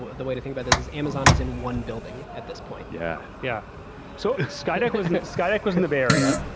ah the way to think about this is, amazon is in one building at this point. yeah. yeah so skydeck was skydeck was in the bay area,